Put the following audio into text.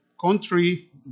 country